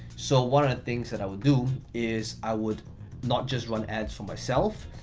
so one of the things that i would do is i would not just run ads for myself.